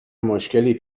مشکلی